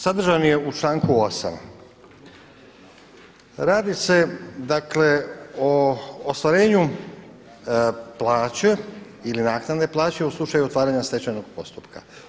Sadržan je u članku 8. Radi se, dakle o ostvarenju plaće ili naknade plaće u slučaju otvaranja stečajnog postupka.